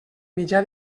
mitjà